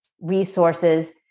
resources